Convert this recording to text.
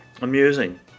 Amusing